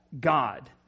God